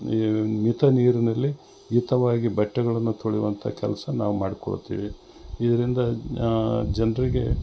ಈ ಮಿತ ನೀರಿನಲ್ಲಿ ಹಿತವಾಗಿ ಬಟ್ಟೆಗಳನ್ನು ತೊಳೆಯುವಂಥ ಕೆಲಸ ನಾವು ಮಾಡ್ಕೋಳ್ತಿವಿ ಇದರಿಂದ ಜನರಿಗೆ